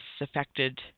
affected